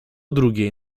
drugiej